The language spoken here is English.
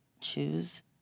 choose